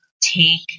take